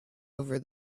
over